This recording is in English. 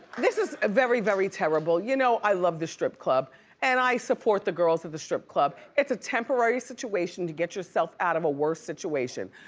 this is ah very, very terrible. you know i love the strip club and i support the girls of the strip club. it's a temporary situation to get yourself out of a worse situation,